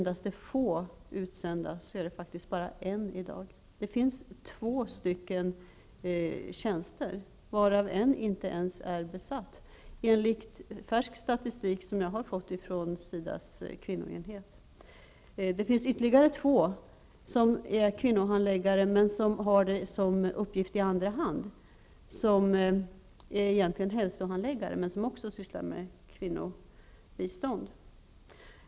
Det är faktiskt bara en utsänd i dag. Det finns två tjänster, varav en inte är besatt enligt färska uppgifter jag har fått från SIDA:s kvinnoenhet. Det finns ytterligare två kvinnohandläggare, men de har denna uppgift i andra hand och är egentligen hälsohandläggare som också sysslar med kvinnobistånd.